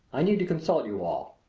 i need to consult you all.